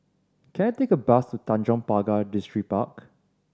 can I take a bus Tanjong Pagar Distripark